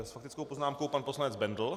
S faktickou poznámkou pan poslanec Bendl.